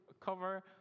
cover